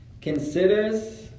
considers